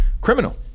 criminal